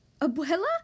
Abuela